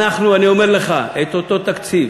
אנחנו, אני אומר לך, את אותו תקציב,